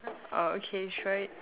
oh okay sure